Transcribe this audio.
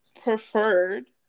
preferred